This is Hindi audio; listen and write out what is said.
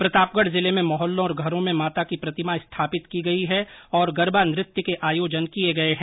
प्रतापगढ़ जिले में मोहल्लो और घरों में माता की प्रतिमा स्थापित की गई है और गरबा नृत्य के आयोजन किये गये है